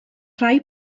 rhai